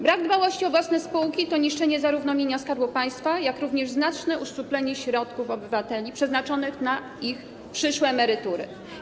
Brak dbałości o własne spółki to niszczenie zarówno mienia Skarbu Państwa, jak i znaczne uszczuplenie środków obywateli przeznaczonych na ich przyszłe emerytury.